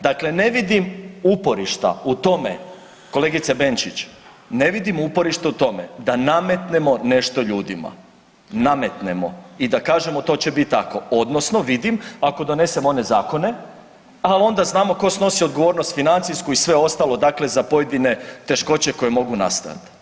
Dakle, ne vidim uporišta u tome kolegice Benčić, ne vidim uporište u tome da nametnemo nešto ljudima, nametnemo i da kažemo to će bit tako odnosno vidim ako donesemo one zakone, al onda znamo ko snosi odgovornost financijsku i sve ostalo, dakle za pojedine teškoće koje mogu nastajat.